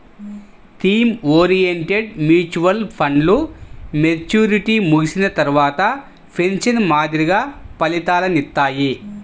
theme oriented mutual ఫండ్లు maturity ముగిసిన తర్వాత పెన్షన్ మాదిరిగా ఫలితాలనిత్తాయి